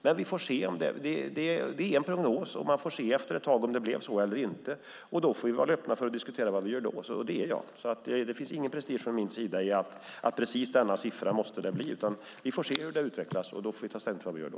Det är en prognos, och vi får se efter ett tag om det blev så eller inte. Då får vi vara öppna för att diskutera vad vi ska göra, och det är jag. Det finns ingen prestige från min sida i att precis denna siffra måste det bli, utan vi får se hur det utvecklas och ta ställning till vad vi ska göra då.